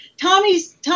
Tommy's